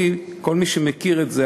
כל מי שמכיר את זה,